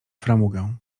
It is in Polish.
framugę